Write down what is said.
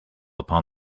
upon